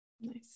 Nice